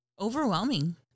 overwhelming